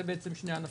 זה שני הענפים.